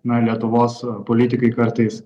na lietuvos politikai kartais